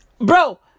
Bro